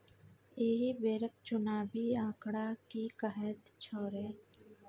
एहि बेरक चुनावी आंकड़ा की कहैत छौ रे